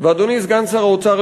ואדוני סגן שר האוצר,